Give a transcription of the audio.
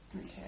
Okay